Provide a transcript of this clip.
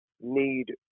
need